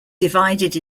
divided